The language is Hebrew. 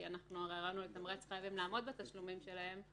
כי הרי הרעיון הוא לתמרץ חייבים לעמוד בתשלומים שלהם,